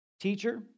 teacher